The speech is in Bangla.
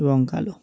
শবঙ্কাল